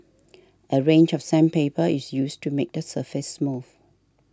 a range of sandpaper is used to make the surface smooth